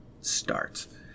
starts